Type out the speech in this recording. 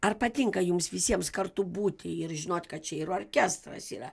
ar patinka jums visiems kartu būti ir žinot kad čia ir orkestras yra